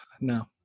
No